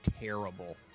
terrible